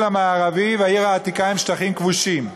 המערבי והעיר העתיקה הם שטחים כבושים.